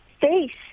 Face